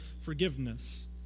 forgiveness